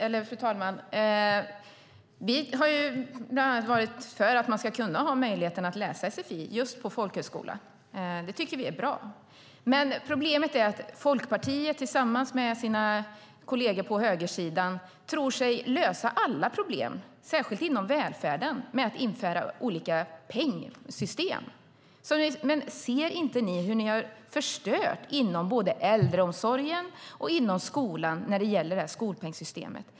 Fru talman! Vi har varit för att det ska vara möjligt att läsa sfi på folkhögskola. Det tycker vi är bra. Problemet är att Folkpartiet tillsammans med sina kolleger på högersidan tror sig lösa alla problem, särskilt inom välfärden, med att införa olika pengsystem. Ser ni inte hur ni har förstört inom både äldreomsorgen och skolan med pengsystemet?